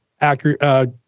accurate